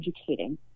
educating